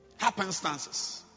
Happenstances